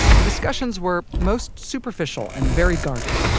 the discussions were most superficial and very guarded.